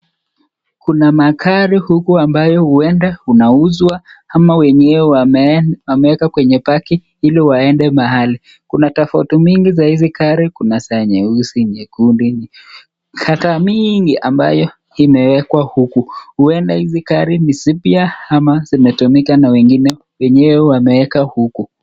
Kuna magari huku ambayo huenda unauzwa ama wenyewe wameeka kwenye [parking] ili waende mahali. Kuna tofauti mingi za hizi gari, kuna za nyeusi, nyekundu na [color] mingi ambayo imeekwa huku. Huenda gari hizi ni zipya ama zimetumika na wengine, wenyewe wameeka huku.